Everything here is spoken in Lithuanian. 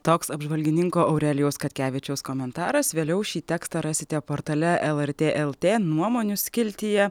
toks apžvalgininko aurelijaus katkevičiaus komentaras vėliau šį tekstą rasite portale lrt lt nuomonių skiltyje